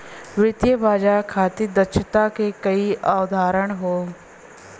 वित्तीय बाजार खातिर दक्षता क कई अवधारणा हौ